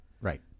Right